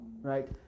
right